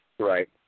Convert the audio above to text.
right